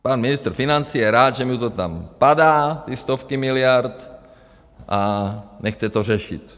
Pan ministr financí je rád, že mu to tam padá, ty stovky miliard, a nechce to řešit.